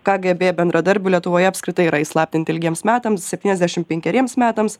kgb bendradarbių lietuvoje apskritai yra įslaptinti ilgiems metams septyniasdešim penkeriems metams